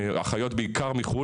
אחיות בעיקר מחו"ל,